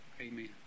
Amen